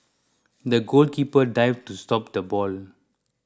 the goalkeeper dived to stop the ball